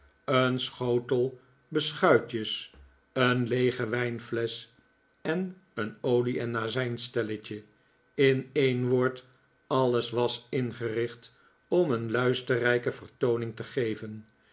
een schotel beschuitjes een leege wijnflesch en een olie en azijnstelletje in een woord alles was ingericht om een luisterrijke vertooning te geven